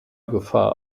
gefahr